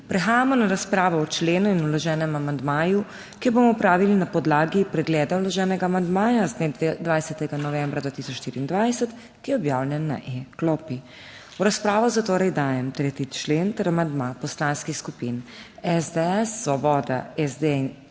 Prehajamo na razpravo o členu in vloženem amandmaju, ki jo bomo opravili na podlagi pregleda vloženega amandmaja z dne 20. novembra 2024, ki je objavljen na e klopi. V razpravo zatorej dajem 3. člen ter amandma poslanskih skupin SDS, Svoboda, SD, Levica